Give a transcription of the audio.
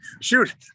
shoot